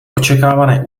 očekávané